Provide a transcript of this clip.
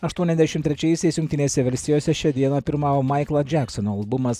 aštuoniasdešimt trečiaisiais jungtinėse valstijose šią dieną pirmavo maiklo džeksono albumas